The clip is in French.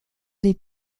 des